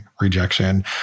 rejection